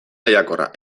lehiakorra